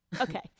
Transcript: okay